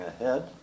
Ahead